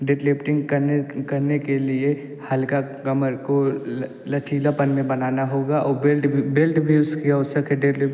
deadlifting करने करने के लिए हल्का कमर को लचीलापन में बनाना होगा और बेल्ट भी बेल्ट भी उसकी आवश्यक है डेड